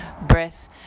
Breath